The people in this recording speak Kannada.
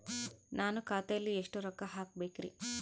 ನಾನು ಖಾತೆಯಲ್ಲಿ ಎಷ್ಟು ರೊಕ್ಕ ಹಾಕಬೇಕ್ರಿ?